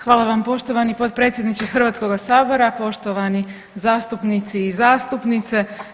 Hvala vam poštovani potpredsjedniče Hrvatskoga sabora, poštovani zastupnici i zastupnice.